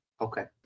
Okay